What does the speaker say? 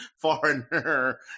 foreigner